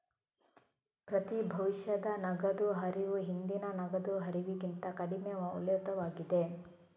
ಪ್ರತಿ ಭವಿಷ್ಯದ ನಗದು ಹರಿವು ಹಿಂದಿನ ನಗದು ಹರಿವಿಗಿಂತ ಕಡಿಮೆ ಮೌಲ್ಯಯುತವಾಗಿದೆ